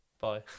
Bye